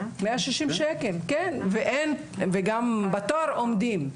160 שקל וגם עומדים בתור,